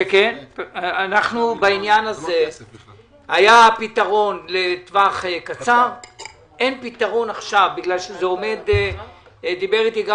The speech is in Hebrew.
בעניין הזה היה פתרון לטווח קצר ואין פתרון עכשיו דיבר איתי גם